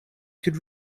could